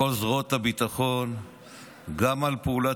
סליחה, אפשר?